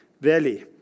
Valley